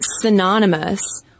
synonymous